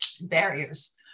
barriers